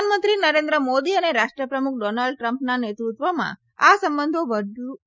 પ્રધાનમંત્રી નરેન્દ્ર મોદી અને રાષ્ટ્રપ્રમુખ ડોનાલ્ડ ટ્રમ્પના નેતૃત્વમાં આ સંબંધો વધુ ગાઢ બન્યા